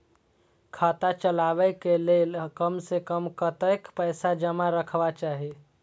खाता चलावै कै लैल कम से कम कतेक पैसा जमा रखवा चाहि